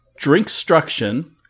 Drinkstruction